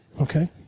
Okay